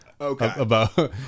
Okay